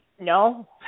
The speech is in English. No